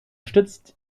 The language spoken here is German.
stützt